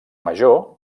major